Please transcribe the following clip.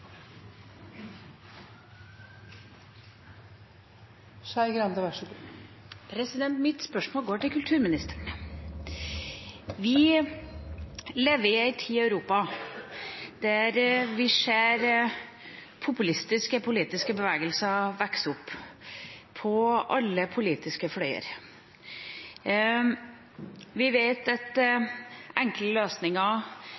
Mitt spørsmål går til kulturministeren. Vi lever i en tid i Europa der vi ser populistiske politiske bevegelser vokse opp på alle politiske fløyer. Vi vet at